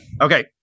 Okay